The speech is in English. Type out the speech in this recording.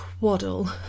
waddle